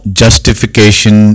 justification